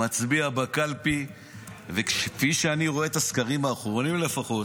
הוא מצביע בקלפי וכפי שאני רואה את הסקרים האחרונים לפחות,